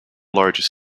largest